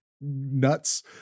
nuts